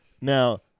Now